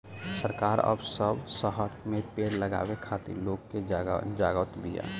सरकार अब सब शहर में पेड़ लगावे खातिर लोग के जगावत बिया